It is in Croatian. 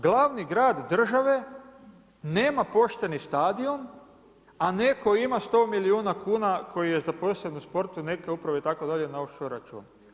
Glavni grad države nema pošteni stadion a netko ima 100 milijuna kuna koji je zaposlen u sportu neke uprave itd., na off shore račun.